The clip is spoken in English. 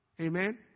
Amen